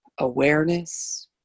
awareness